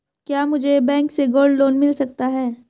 क्या मुझे बैंक से गोल्ड लोंन मिल सकता है?